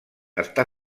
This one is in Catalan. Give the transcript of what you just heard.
està